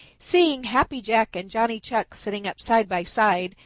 seeing happy jack and johnny chuck sitting up side by side,